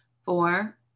Four